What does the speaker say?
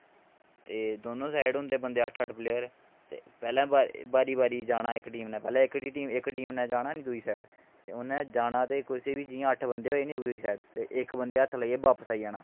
एह् दौनें साईड होंदे बंदे अट्ठ अट्ठ प्लेयर ते पैह्लें बारी बारी जाना इक्क टीम नै इक्क टीम नै जाना नी दूई साईड उन्ने जाना ते कुसै ई बी अट्ठ बंदे होये ना दूई साईड ते इक्क बंदे गी हत्थ लाइयै बापस आई जाना